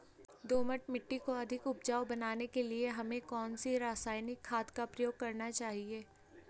दोमट मिट्टी को अधिक उपजाऊ बनाने के लिए हमें कौन सी रासायनिक खाद का प्रयोग करना चाहिए?